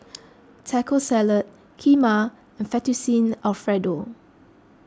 Taco Salad Kheema and Fettuccine Alfredo